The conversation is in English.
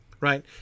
right